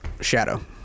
Shadow